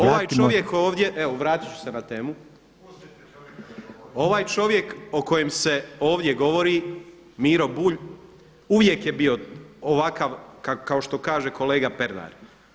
Ovaj čovjek ovdje, evo vratit ću se na temu, [[Upadica: Pustite čovjeka neka govori.]] ovaj čovjek o kojem se ovdje govori Miro Bulj uvijek je bio ovakav kao što kaže kolega Pernar.